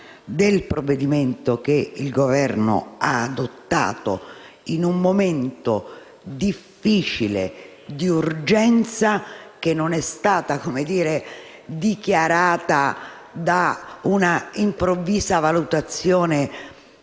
del provvedimento che il Governo ha adottato in un momento difficile, di urgenza, che non è stata dichiarata da una improvvisa valutazione